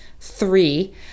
three